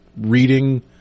reading